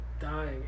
Dying